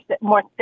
more